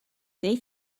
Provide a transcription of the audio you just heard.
they